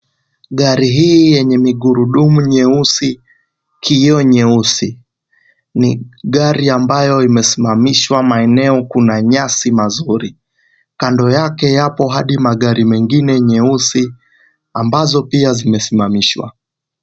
Gari hii yenye migurudumu nyeusi, kioo nyeusi, ni gari ambayo imesimamishwa maeneo kuna nyasi mazuri. Kando yake yapo magari mengine nyeusi, ambazo pia zimesimamishwa.